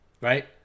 Right